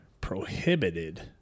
prohibited